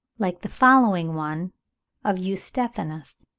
like the following one of eustephanus.